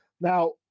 Now